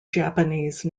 japanese